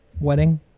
wedding